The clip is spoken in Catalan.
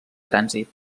trànsit